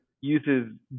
uses